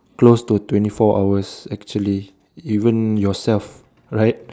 close to twenty four hours actually even yourself right